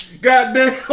Goddamn